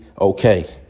okay